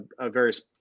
various